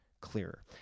clearer